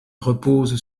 repose